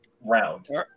round